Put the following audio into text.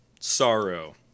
sorrow